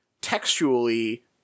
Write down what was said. textually